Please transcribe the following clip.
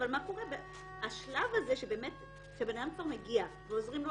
אבל מה קורה בשלב שאדם כבר מגיע ועוזרים לו